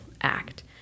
Act